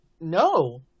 No